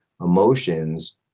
emotions